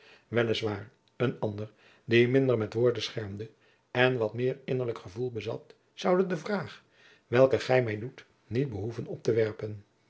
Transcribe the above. waar een ander die minder met woorden schermde en wat meer innerlijk gevoel bezat zoude de vraag welke gij mij doet niet behoeven op te werpen